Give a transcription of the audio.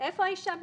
איפה האישה בהיריון?